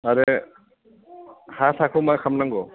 आरो हासारखौ मा खालामनांगौ